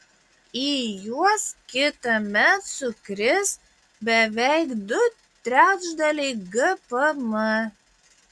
į juos kitąmet sukris beveik du trečdaliai gpm